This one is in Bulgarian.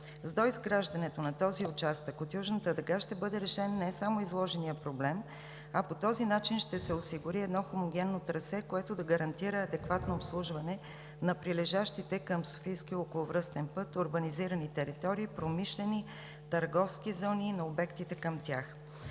За доизграждането на този участък от Южната дъга ще бъде решен не само изложеният проблем, а по този начин ще се осигури едно хомогенно трасе, което да гарантира адекватно обслужване на прилежащите към Софийския околовръстен път урбанизирани територии – промишлени търговски зони на обектите към тях.